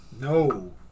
No